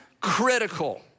critical